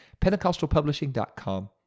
pentecostalpublishing.com